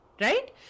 Right